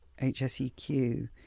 HSEQ